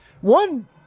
One